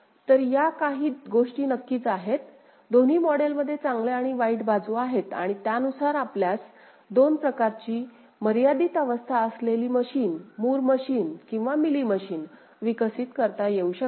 तर या काही गोष्टी नक्कीच आहेत दोन्ही मॉडेलमध्ये चांगल्या आणि वाईट बाजू आहेत आणि त्यानुसार आपल्यास दोन प्रकारची मर्यादित अवस्था असलेली मशीन मूर मशीन किंवा मिली मशीन विकसित करता येऊ शकते